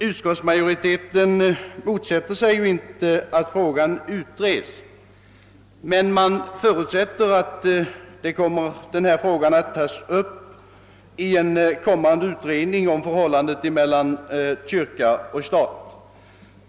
Utskottsmajoriteten har inte motsatt sig att frågan utredes men har förutsatt att densamma kommer att tas upp i en kommande utredning rörande förhållandet mellan kyrka och stat.